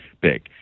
big